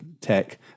tech